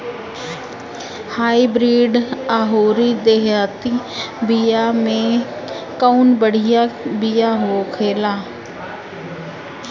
Hybrid अउर देहाती बिया मे कउन बढ़िया बिया होखेला?